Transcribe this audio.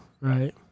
Right